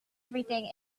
everything